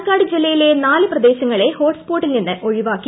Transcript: പാലക്കാട് ജില്ലയിലെ നാല് പ്രദേശങ്ങളെ ഹോട്ട് സ്പോട്ടിൽ നിന്ന് ഒഴിവാക്കി